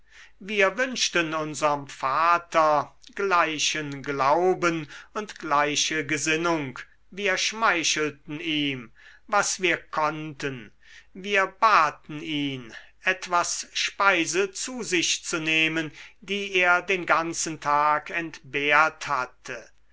wir wünschten unserm vater gleichen glauben und gleiche gesinnung wir schmeichelten ihm was wir konnten wir baten ihn etwas speise zu sich zu nehmen die er den ganzen tag entbehrt hatte